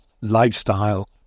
Lifestyle